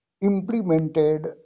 implemented